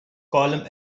column